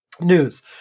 news